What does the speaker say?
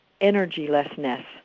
energylessness